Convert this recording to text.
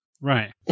Right